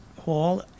Hall